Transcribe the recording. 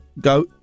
go